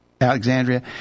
Alexandria